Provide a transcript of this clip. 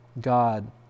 God